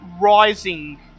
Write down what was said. rising